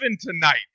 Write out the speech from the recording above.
tonight